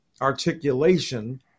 articulation